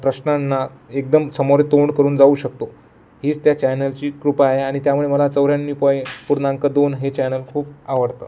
प्रश्नांना एकदम समोरे तोंड करून जाऊ शकतो हीच त्या चॅनलची कृपा आहे आणि त्यामुळे मला चौऱ्याण्णव पय पूर्णक दोन हे चॅनल खूप आवडतं